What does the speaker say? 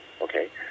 okay